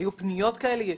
היו פניות כאלו ישירות?